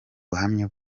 buhamya